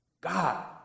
God